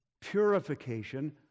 purification